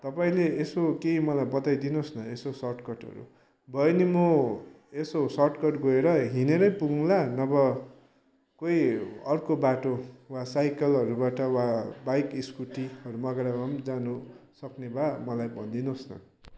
तपाईँले यसो केही मलाई बताइदिनु होस् न यसो सर्टकर्टहरू भयो भने म यसो सर्टकर्ट गएर हिँडेरै पुगौँला नभए कोही अर्को बाटो वा साइकलहरूबाट वा बाइक स्कुटीहरू मागेर भए पनि जानुसक्ने भए मलाई भनिदिनु होस् न